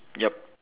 yup